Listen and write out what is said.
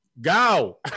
go